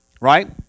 Right